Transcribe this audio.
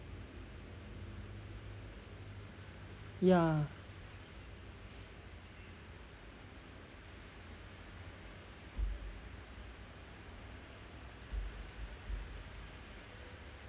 ya